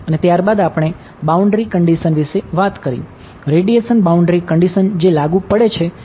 અને ત્યારબાદ આપણે બાઉન્ડ્રી ને